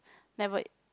never